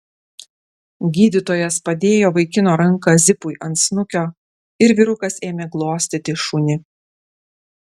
gydytojas padėjo vaikino ranką zipui ant snukio ir vyrukas ėmė glostyti šunį